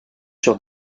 sur